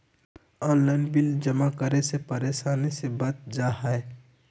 Online bill जमा करे से परेशानी से बच जाहई?